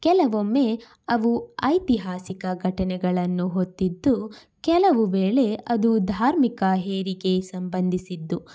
ಕೆಲವೊಮ್ಮೆ ಅವು ಐತಿಹಾಸಿಕ ಘಟನೆಗಳನ್ನು ಹೊತ್ತಿದ್ದು ಕೆಲವು ವೇಳೆ ಅದು ಧಾರ್ಮಿಕ ಹೇರಿಕೆ ಸಂಬಂಧಿಸಿದ್ದು